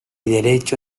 derecho